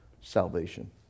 salvation